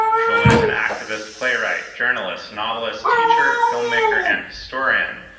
schulman is an activist, playwright, journalist, novelist, teacher, filmmaker and historian.